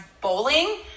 bowling